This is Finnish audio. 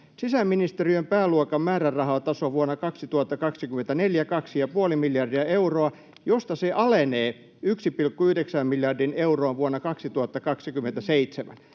”Sisäministeriön pääluokan määrärahataso vuonna 2024 on 2,5 miljardia euroa, josta se alenee 1,9 miljardiin euroon vuonna 2027.”